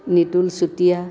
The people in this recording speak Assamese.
নিতুল চুতীয়া